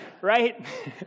Right